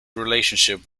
relationship